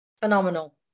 phenomenal